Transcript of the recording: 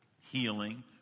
Healing